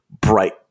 bright